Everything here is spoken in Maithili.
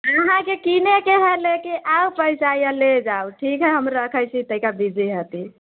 अहाँकेँ किनैके हय लेके आउ पैसा आ ले जाउ ठीक हय हम रखैत छी तनिका बीजी हति